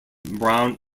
brown